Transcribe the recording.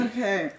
Okay